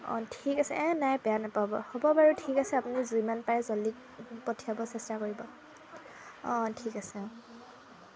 অঁ ঠিক আছে এই নাই বেয়া নাপাওঁ বাৰু হ'ব বাৰু ঠিক আছে আপুনি যিমান পাৰে জলদি পঠিয়াব চেষ্টা কৰিব অঁ ঠিক আছে অঁ